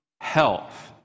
health